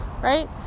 Right